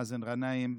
מאזן גנאים,